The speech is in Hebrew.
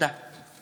תודה.